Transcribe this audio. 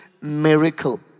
miracle